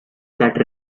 that